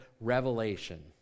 revelation